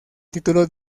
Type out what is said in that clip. títulos